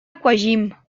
aquagym